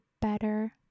better